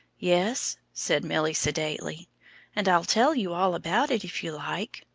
yes, said milly, sedately and i'll tell you all about it, if you like.